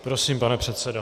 Prosím, pane předsedo.